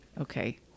Okay